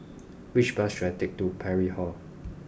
which bus should I take to Parry Hall